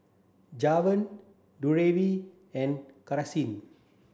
Javon Drury and Karsyn